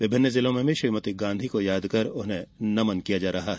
विभिन्न जिलो में भी श्रीमती गांधी को याद कर उन्हें नमन किया जा रहा है